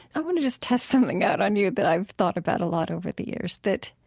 i want to just test something out on you that i've thought about a lot over the years, that